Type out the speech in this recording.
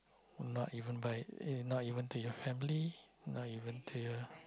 oh not even by eh not even to your family not even to your